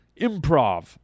improv